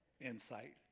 insight